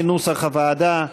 כנוסח הוועדה,